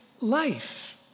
life